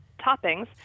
toppings